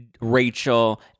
Rachel